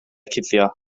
cuddio